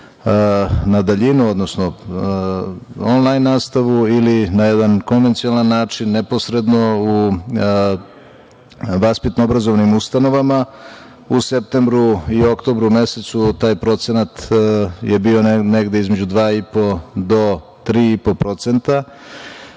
na daljinu, odnosno onlajn nastavu ili na jedan konvencijonalan način, neposredno u vaspitno-obrazovnim ustanovama. U septembru i oktobru mesecu taj procenat je bio negde između 2,5 do 3,5%,